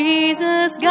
Jesus